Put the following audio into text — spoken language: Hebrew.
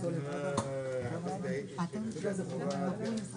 הישיבה ננעלה בשעה